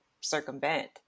circumvent